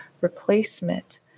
replacement